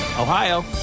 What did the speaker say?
Ohio